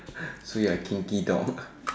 so you're a kinky dog